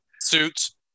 Suits